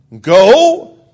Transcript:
Go